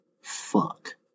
fuck